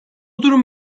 durum